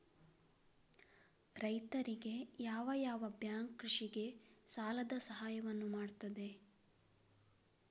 ರೈತರಿಗೆ ಯಾವ ಯಾವ ಬ್ಯಾಂಕ್ ಕೃಷಿಗೆ ಸಾಲದ ಸಹಾಯವನ್ನು ಮಾಡ್ತದೆ?